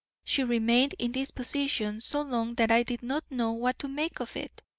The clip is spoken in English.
she remained in this position so long that i did not know what to make of it.